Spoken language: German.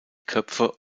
köpfe